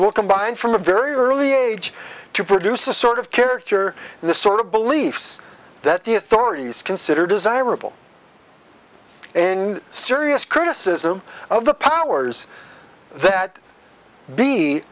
will combine from a very early age to produce a sort of character the sort of beliefs that the authorities consider desirable and serious criticism of the powers that